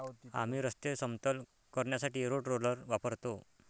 आम्ही रस्ते समतल करण्यासाठी रोड रोलर वापरतो